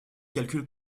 calculs